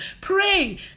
Pray